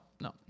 no